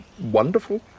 wonderful